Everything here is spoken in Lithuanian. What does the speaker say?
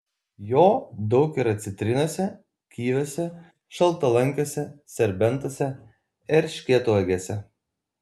jo daug yra citrinose kiviuose šaltalankiuose serbentuose erškėtuogėse